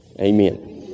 Amen